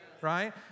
Right